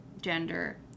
gender